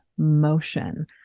motion